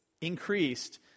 increased